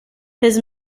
his